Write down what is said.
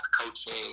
coaching